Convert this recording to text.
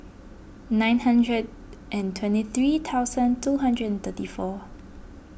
nine hundred and twenty three thousand two hundred and thirty four